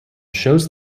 shows